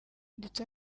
ndetse